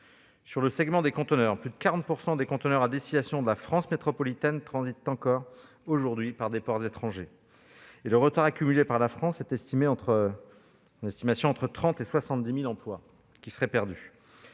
plus important de conteneurs. Plus de 40 % des conteneurs à destination de la France métropolitaine transitent encore aujourd'hui par des ports étrangers. Le retard accumulé par la France est tel que nous estimons qu'entre 30 000 et 70 000 emplois seraient perdus.